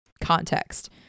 context